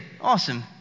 Awesome